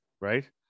right